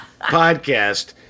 podcast